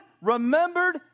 remembered